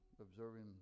observing